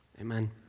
Amen